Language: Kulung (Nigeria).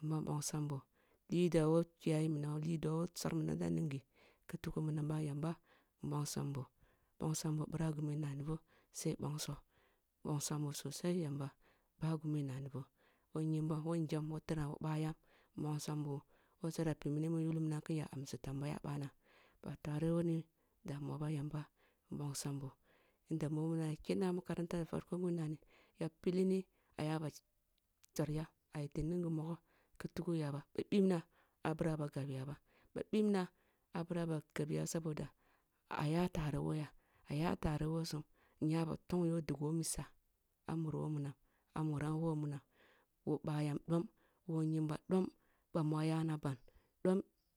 Yamba nbongsam boti lidua who kiyayi minam lidua ko sar minam da ning ghi ko tuku minam ba yamba nbongsam boh ъira ghe mun ngha ni boh sai bongso nbongsam boh sosai yamba ъa ghi mu nga nani boh woh nyimbam woh tiram woh ngyam woh ъah yam nbongsam boh woh zarafi mini mu yugle minan kin nya amsi tambaya bana ba tare woh woni damuwa ba yamba nbongsam boh yanda woh munam yah kenna makaranta ya pilli ni aga ba sar ya a yete ning ghi mugho ke tuki ya ba ghi bona ah bira ba gabya ba ъah ъibna abira ba gabya soboda aya tare woh ya aya tare who sum nya ba tong yo dugu woh misa ah mori woh munam ah muram woh munam woh ъah yam dom woh nyimbam ɗom ъah yana ban